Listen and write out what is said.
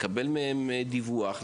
לקבל מהם דיווח,